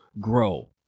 grow